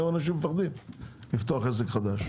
היום אנשים פוחדים לפתוח עסק חדש.